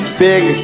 big